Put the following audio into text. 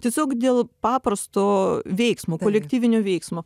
tiesiog dėl paprasto veiksmo kolektyvinio veiksmo